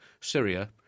Syria